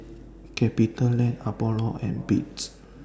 CapitaLand Apollo and Beats